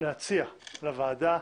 להציע לוועדה